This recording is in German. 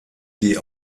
sie